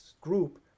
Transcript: group